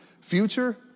future